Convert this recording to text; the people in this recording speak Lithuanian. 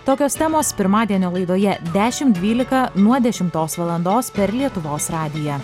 tokios temos pirmadienio laidoje dešimt dvylika nuo dešimtos valandos per lietuvos radiją